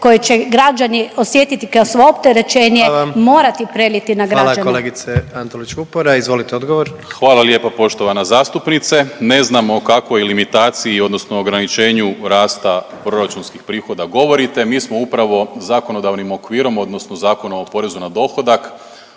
morati preliti na građane. **Jandroković, Gordan (HDZ)** Hvala kolegice Antolić Vupora. Izvolite odgovor. **Primorac, Marko** Hvala lijepo poštovana zastupnice. Ne znamo o kakvoj limitaciji odnosno ograničenju rasta proračunskih prihoda govorite. Mi smo upravo zakonodavnim okvirom odnosno Zakonom o porezu na dohodak